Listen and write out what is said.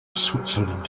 switzerland